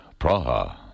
Praha